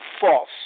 False